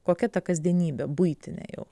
kokia ta kasdienybė buitinė jų